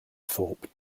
thorpe